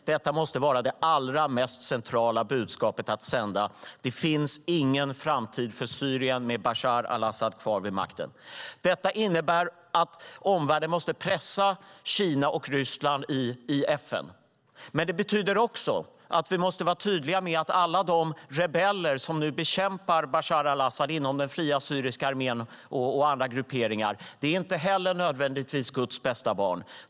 Det måste vara det allra mest centrala budskapet att sända. Det finns ingen framtid för Syrien med Bashar al-Assad kvar vid makten. Det innebär att omvärlden måste pressa Kina och Ryssland i FN. Det innebär också att vi måste vara tydliga med att de rebeller inom den fria syriska armén och inom andra grupperingar som nu bekämpar Bashar al-Assad inte nödvändigtvis heller är Guds bästa barn.